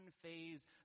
phase